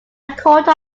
quarter